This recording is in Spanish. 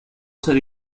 ser